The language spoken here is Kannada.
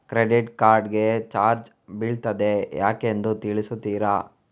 ಕ್ರೆಡಿಟ್ ಕಾರ್ಡ್ ಗೆ ಚಾರ್ಜ್ ಬೀಳ್ತಿದೆ ಯಾಕೆಂದು ತಿಳಿಸುತ್ತೀರಾ?